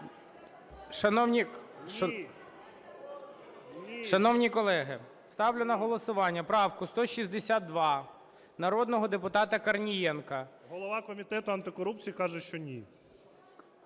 Шановні колеги, ставлю на голосування правку 162 народного депутата Корнієнка. КОРНІЄНКО О.С. Голова Комітету антикорупції каже, що ні.